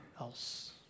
else